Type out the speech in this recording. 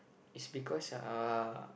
it's because uh